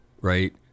right